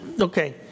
okay